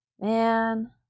man